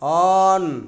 on